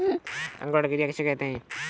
अंकुरण क्रिया किसे कहते हैं?